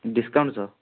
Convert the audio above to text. discount ସହ